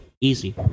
Easy